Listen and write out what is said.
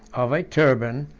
of a turban,